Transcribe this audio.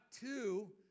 two